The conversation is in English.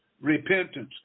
repentance